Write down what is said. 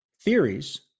theories